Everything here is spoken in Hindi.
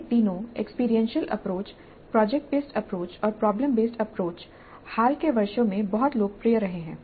ये तीनों experiential approach project based approach और प्रॉब्लम बेसड अप्रोच हाल के वर्षों में बहुत लोकप्रिय रहे हैं